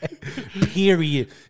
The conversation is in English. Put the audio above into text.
period